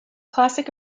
classic